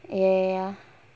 ya ya ya